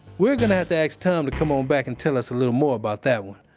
we're gonna have to ask tom to come um back and tell us a little more about that one.